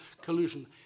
collusion